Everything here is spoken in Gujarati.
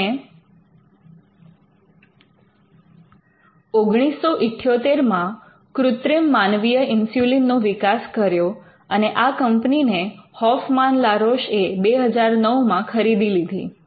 તેમણે ૧૯૭૮માં કૃત્રિમ માનવીય ઇન્સ્યુલિન નો વિકાસ કર્યો અને આ કંપનીને હોફમાન લા રોશ એ ૨00૯ માં ખરીદી લીધી